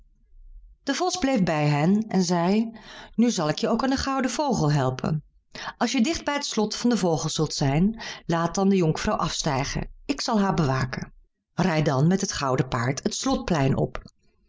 de vos bleef bij hen en zeide nu zal ik je ook aan den gouden vogel helpen als je dicht bij het slot van den vogel zult zijn laat dan de jonkvrouw afstijgen ik zal haar bewaken rij dan met het gouden paard het slotplein op